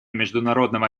международного